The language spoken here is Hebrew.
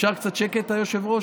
אפשר קצת שקט, היושב-ראש?